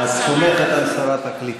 את סומכת על שרת הקליטה.